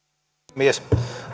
puhemies